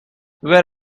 where